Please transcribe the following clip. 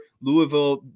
Louisville